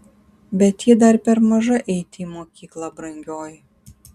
bet ji dar per maža eiti į mokyklą brangioji